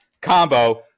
Combo